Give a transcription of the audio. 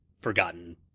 forgotten